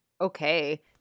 okay